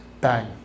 bang